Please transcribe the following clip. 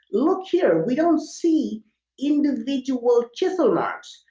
look here. we don't see individual chisel marks.